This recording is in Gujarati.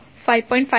5 કુલંબ છે